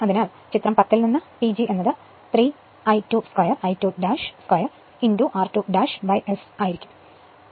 അതിനാൽ ചിത്രം 10 ൽ നിന്ന് PG എന്നത് 3 I2 2 I2 2 r2 S ആയിരിക്കും